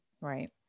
Right